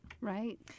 right